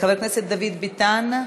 חבר הכנסת דוד ביטן,